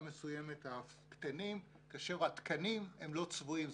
מסוימת אף קטנים כאשר התקנים לא צבועים.